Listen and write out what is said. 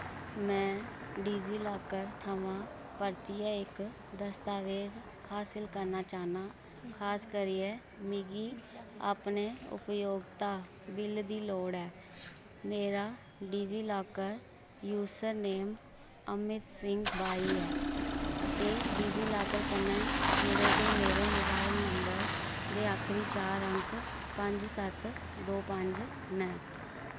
में डिजीलाकर थमां परतियै इक दस्तावेज हासल करना चाह्न्नां खास करियै मिगी अपने उपयोगता बिल दी लोड़ ऐ मेरा डिजीलाकर यूजरनेम अमित सिंह बाई ऐ ते डिजीलाकर कन्नै जुड़े दे मेरे मोबाइल नंबर दे आखरी चार अंक पंज सत्त दो पंज न